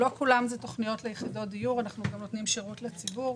אנחנו גם נותנים שירות לציבור.